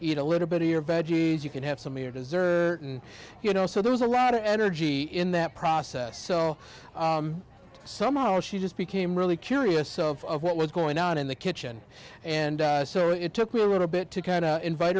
eat a little bit of your veggies you can have some beer deserve it and you know so there was a lot of energy in that process so somehow she just became really curious of what was going on in the kitchen and so it took me a little bit to kind of invite